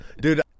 Dude